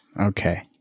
Okay